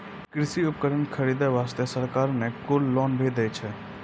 कृषि उपकरण खरीदै वास्तॅ सरकार न कुल लोन भी दै छै